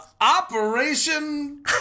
Operation